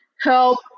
help